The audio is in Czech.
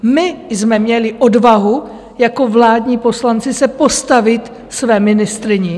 My jsme měli odvahu jako vládní poslanci se postavit své ministryni.